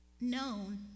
known